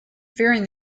fearing